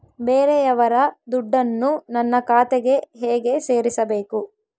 ಬೇರೆಯವರ ದುಡ್ಡನ್ನು ನನ್ನ ಖಾತೆಗೆ ಹೇಗೆ ಸೇರಿಸಬೇಕು?